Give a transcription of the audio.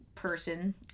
person